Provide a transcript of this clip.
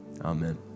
Amen